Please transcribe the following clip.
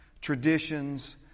traditions